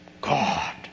God